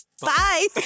Bye